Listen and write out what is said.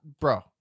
bro